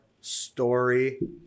story